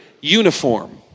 uniform